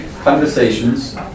conversations